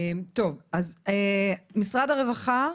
משרד הרווחה,